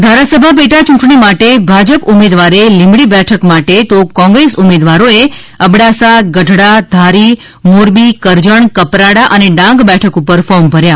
ઃ ધારાસભા પેટા ચૂંટણી માટે ભાજપ ઉમેદવારે લીંબડી બેઠક માટે તો કોંગ્રેસ ઉમેદવારો એ અબડાસા ગઢડા ધારીમોરબી કરજણ કપરાડા અને ડાંગ બેઠક ઉપર ફોર્મ ભર્યા